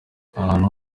ahantu